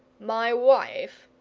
my wife,